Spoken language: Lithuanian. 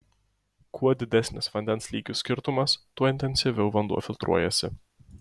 kuo didesnis vandens lygių skirtumas tuo intensyviau vanduo filtruojasi